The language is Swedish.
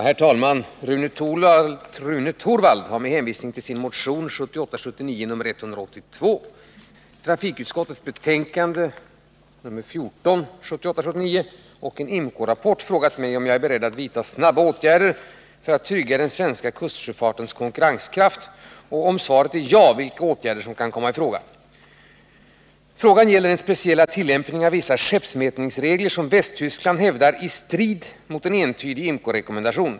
Herr talman! Rune Torwald har med hänvisning till sin motion 1978 79:14 och en IMCO-rapport frågat mig om jag är beredd att vidta snara åtgärder för att trygga den svenska kustsjöfartens konkurrenskraft och, om svaret är ja, vilka åtgärder som kan komma i fråga. Frågan gäller den speciella tillämpning av vissa skeppmätningsregler som Västtyskland hävdar i strid mot en entydig IMCO-rekommendation.